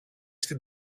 στην